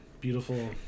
beautiful